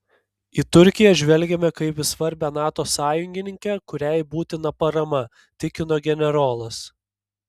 į turkiją žvelgiame kaip į svarbią nato sąjungininkę kuriai būtina parama tikino generolas